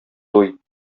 туй